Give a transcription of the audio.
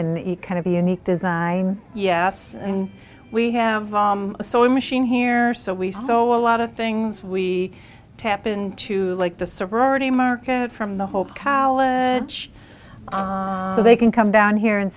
and a kind of unique design yes and we have on a sewing machine here so we saw a lot of things we tap into like the sorority market from the whole cow so they can come down here and